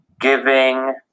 giving